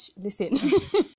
listen